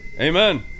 amen